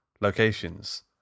Locations